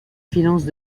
finances